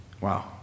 Wow